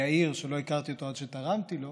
יאיר, שלא הכרתי אותו עד שתרמתי לו,